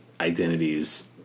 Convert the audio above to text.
identities